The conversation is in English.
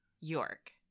York